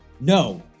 no